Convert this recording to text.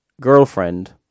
girlfriend